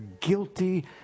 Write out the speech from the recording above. guilty